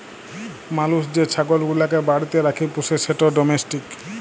মালুস যে ছাগল গুলাকে বাড়িতে রাখ্যে পুষে সেট ডোমেস্টিক